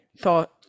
thought